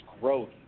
growth